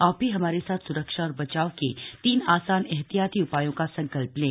आप भी हमारे साथ स्रक्षा और बचाव के तीन आसान एहतियाती उपायों का संकल्प लें